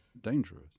dangerous